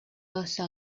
oso